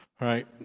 right